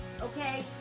Okay